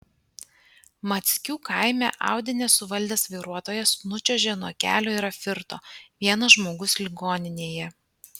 mackių kaime audi nesuvaldęs vairuotojas nučiuožė nuo kelio ir apvirto vienas žmogus ligoninėje